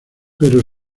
pero